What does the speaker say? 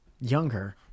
younger